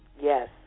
yes